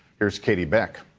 here is catie beck.